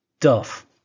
Duff